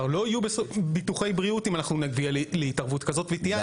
לא יהיו ביטוחי בריאות אם אנחנו נגיע להתערבות כזאת ותהיה עלייה במחיר.